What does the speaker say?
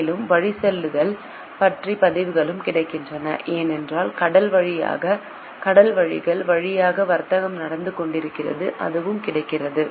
மேலும் வழிசெலுத்தல் பற்றிய பதிவுகளும் கிடைக்கின்றன ஏனெனில் கடல் வழிகள் வழியாக வர்த்தகம் நடந்து கொண்டிருந்தது அதுவும் கிடைக்கிறது